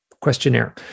questionnaire